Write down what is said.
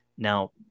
Now